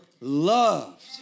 loved